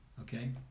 Okay